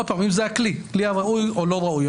האם זה הכלי הראוי או לא ראוי.